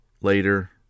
later